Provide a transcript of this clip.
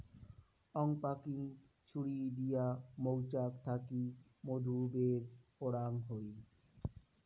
uncapping ছুরি দিয়া মৌচাক থাকি মধু বের করাঙ হই